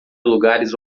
lugares